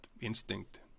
instinct